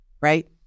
right